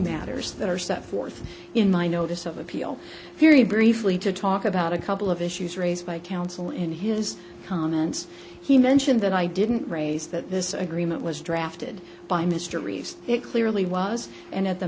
matters that are set forth in my notice of appeal very briefly to talk about a couple of issues raised by counsel in his comments he mentioned that i didn't raise that this agreement was drafted by mr reeves it clearly was and at the